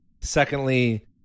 Secondly